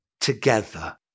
together